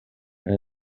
and